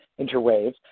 interwaves